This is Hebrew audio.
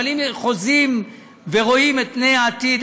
אבל אם חוזים ורואים את פני העתיד,